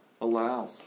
allows